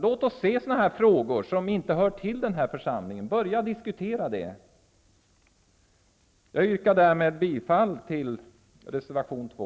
Låt oss vara öppna för frågor som i vanliga fall inte behandlas av den här församlingen och börja diskutera dem. Därmed yrkar jag bifall till reservation 2.